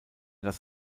das